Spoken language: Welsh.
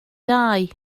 ddau